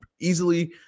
easily